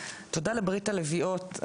תודה ל- ברית הלביאות,